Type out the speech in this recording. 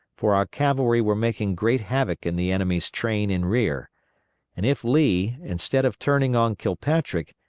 for our cavalry were making great havoc in the enemy's train in rear and if lee, instead of turning on kilpatrick,